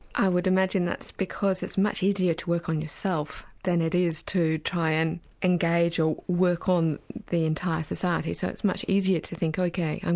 i would imagine that's because it's much easier to work on yourself than it is to try and engage or work on the entire society. so it's much easier to think ok,